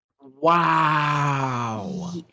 Wow